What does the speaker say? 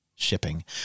shipping